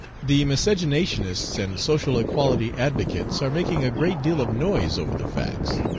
the miscegenationists and social equality advocates are making a great deal of noise over the facts,